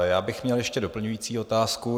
Já bych měl ještě doplňující otázku.